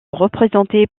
représenté